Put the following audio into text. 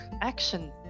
action